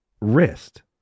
wrist